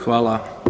Hvala.